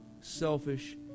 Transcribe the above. selfish